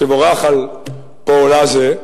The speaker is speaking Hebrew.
תבורך על פועלה זה,